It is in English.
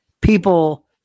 people